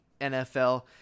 NFL